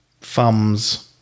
thumbs